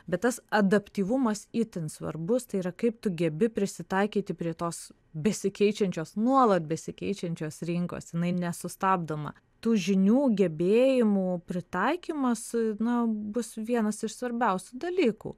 bet tas adaptyvumas itin svarbus tai yra kaip tu gebi prisitaikyti prie tos besikeičiančios nuolat besikeičiančios rinkos jinai nesustabdoma tų žinių gebėjimų pritaikymas na bus vienas iš svarbiausių dalykų